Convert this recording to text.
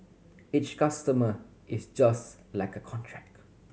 each customer is just like a contract